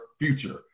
future